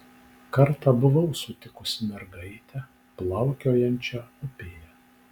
kartą buvau sutikusi mergaitę plaukiojančią upėje